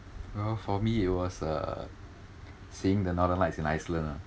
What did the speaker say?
well for me it was uh seeing the northern lights in iceland ah